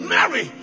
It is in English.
Mary